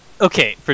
Okay